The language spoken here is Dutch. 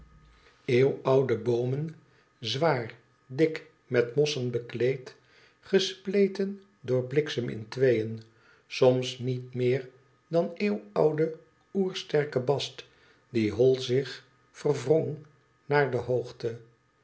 eeuwoude boomen zwaar dik met mossen bekleed gespleten door bliksem in tweeen soms niet meer dan een eeuwoude oersterke bast die hoi zich verwrong naar de hoogte